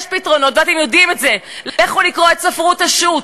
משיבים את פניהם ריקם ומותירים אותם בחוץ.